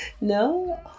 no